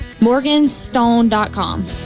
Morganstone.com